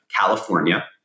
California